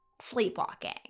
sleepwalking